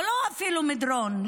או אפילו לא מדרון,